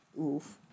Oof